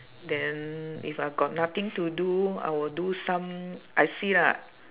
then if I've got nothing to do I will do some I see lah